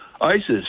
ISIS